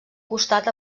costat